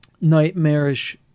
Nightmarish